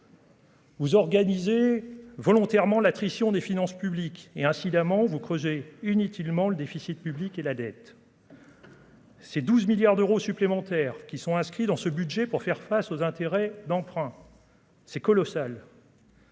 Vous organisez volontairement l'attrition des finances publiques et, incidemment, vous creusez Tilmant, le déficit public et la dette. Ces 12 milliards d'euros supplémentaires qui sont inscrits dans ce budget pour faire face aux intérêts d'emprunt. C'est colossal.